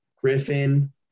Griffin